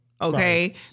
Okay